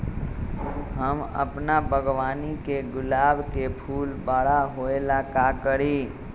हम अपना बागवानी के गुलाब के फूल बारा होय ला का करी?